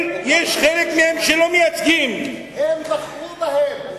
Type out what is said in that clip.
יש חלק מהם שהם לא מייצגים, הם בחרו בהם.